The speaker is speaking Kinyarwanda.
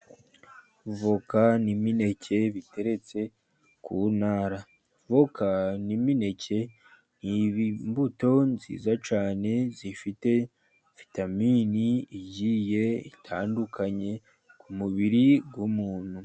Voka n'imineke biteretse ku ntara. Voka n'imineke ni imbuto nziza cyane ,zifite vitamini igiye itandukanye ku mubiri w'umuntu.